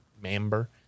member